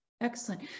Excellent